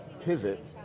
pivot